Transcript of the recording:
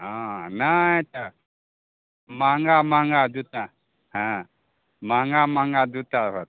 हँ नहि तऽ महँगा महँगा जूत्ता हँ महँगा महँगा जूत्ता होत